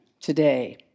today